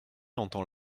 entend